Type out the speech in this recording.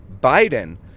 Biden